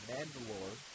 Mandalore